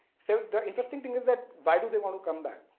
so the interesting thing is that, why do they want to come back?